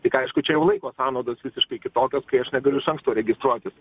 tik aišku čia jau laiko sąnaudos visiškai kitokios kai aš negaliu iš anksto registruotis